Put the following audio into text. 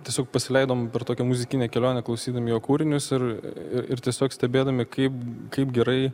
tiesiog pasileidom per tokią muzikinę kelionę klausydami jo kūrinius ir ir tiesiog stebėdami kaip kaip gerai